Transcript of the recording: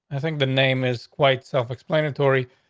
i think the name is quite self explanatory.